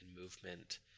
movement